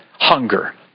hunger